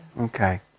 okay